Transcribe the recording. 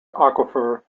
aquifer